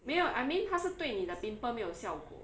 没有 I mean 它是对你的 pimple 没有效果